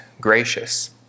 gracious